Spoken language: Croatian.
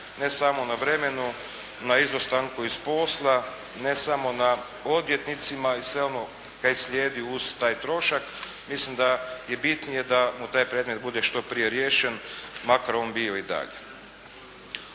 ne samo na vremenu, na izostanku s posla, ne samo na odvjetnicima i sve ono kaj slijedi uz taj trošak, mislim da je bitnije da mu taj predmet bude što prije riješen, makar on bio i dalje.